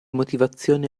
motivazioni